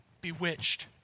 bewitched